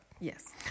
Yes